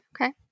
Okay